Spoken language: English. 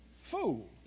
Fool